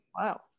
Wow